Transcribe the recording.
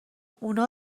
اونا